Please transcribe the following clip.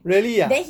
really ah